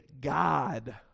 God